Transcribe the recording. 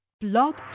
Blog